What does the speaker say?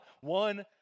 one